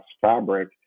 fabric